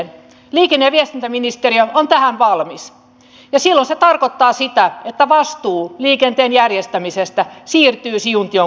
liikenne ja viestintäministeriö on tähän valmis ja silloin se tarkoittaa sitä että vastuu liikenteen järjestämisestä siirtyy siuntion kunnalle